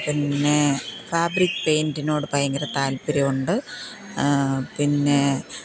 പിന്നെ ഫാബ്രിക് പെയിന്റിനോട് ഭയങ്കര താല്പ്പര്യമുണ്ട് പിന്നേ